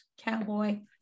cowboy